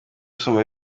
usoma